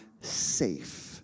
safe